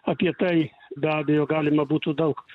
apie tai be abejo galima būtų daug